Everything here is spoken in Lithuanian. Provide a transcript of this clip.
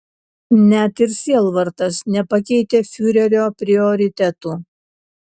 net ir sielvartas nepakeitė fiurerio prioritetų